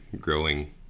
growing